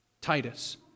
Titus